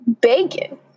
bacon